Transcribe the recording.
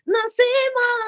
Nasima